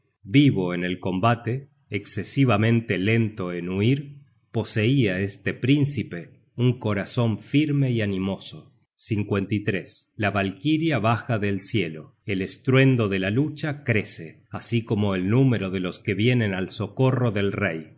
vivo en el combate escesivamente lento en huir poseia este príncipe un corazon firme y animoso la valkiria baja del cielo el estruendo de la lucha crece así como el número de los que vienen al socorro del rey